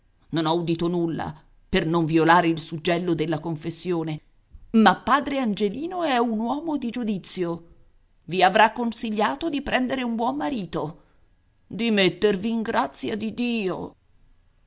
non ho udito nulla per non violare il suggello della confessione ma padre angelino è un uomo di giudizio vi avrà consigliato di prendere un buon marito di mettervi in grazia di dio